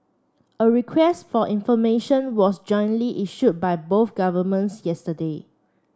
a request for information was jointly issued by both governments yesterday